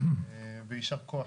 יישר כוח.